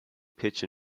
pitch